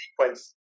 sequence